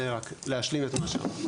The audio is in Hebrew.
זה רק בשביל להשלים את מה שאמרת.